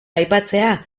aipatzea